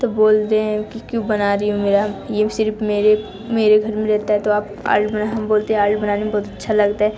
तो बोलते हैं कि क्यों बना रही हो मेरा ये सिर्फ़ मेरे मेरे घर में रहता है तो आप आलू बनाने हम बोलते हैं आलू बनाने में बहुत अच्छा लगता है